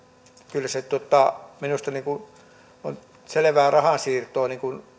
kyllä se minusta on selvää rahansiirtoa